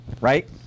right